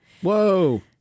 Whoa